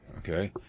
Okay